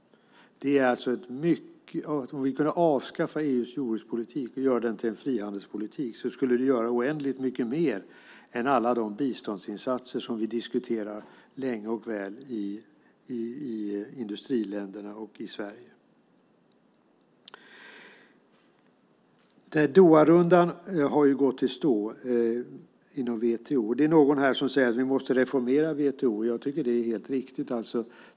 Om vi kunde avskaffa EU:s jordbrukspolitik och göra den till en frihandelspolitik skulle vi göra oändligt mycket mer än med alla de biståndsinsatser som vi diskuterar länge och väl i industriländerna och i Sverige. Doharundan har gått i stå. Någon säger här att vi måste reformera WTO, och jag tycker att det är helt riktigt.